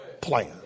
plan